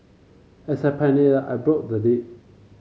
as I panicked I broke the lid